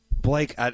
Blake